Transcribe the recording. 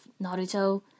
Naruto